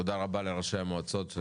תודה רבה לראשי המועצות.